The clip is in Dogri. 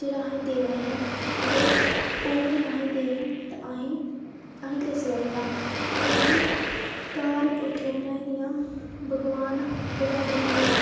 जेह्ड़ा अहे्ं ई देआ दे न अगर ओह् गै निं अहे्ं ई देन ते अहे्ं अहे्ं किस लायक आं अगर अहें घर कोठियां बनाई दियां भगवान भगवान अहे्ं ई